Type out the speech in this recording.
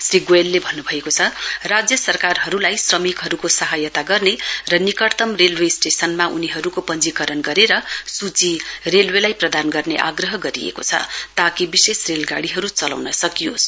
श्री गोयल भन्नुभयो राज्य सरकारहरूलाई श्रमिकहरूको सहायता गर्ने र निकटतम रेलवे स्टेशनमा उनीहरूको पंजीकरण गरेर सूची रेलवेलाई प्रदान गर्ने आग्रह गरिएको छ ताकि विशेष रेलगाडीहरू चलाउन सकियोस्